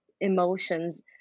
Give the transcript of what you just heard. emotions